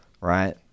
Right